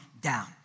down